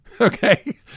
Okay